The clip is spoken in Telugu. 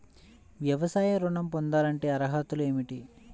వ్యవసాయ ఋణం పొందాలంటే అర్హతలు ఏమిటి?